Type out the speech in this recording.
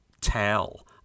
tell